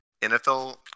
NFL